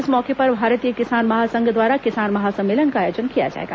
इस मौके पर भारतीय किसान महासंघ द्वारा किसान महासम्मेलन का आयोजन किया जाएगा